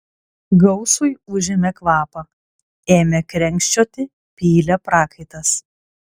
gausui užėmė kvapą ėmė krenkščioti pylė prakaitas